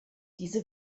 diese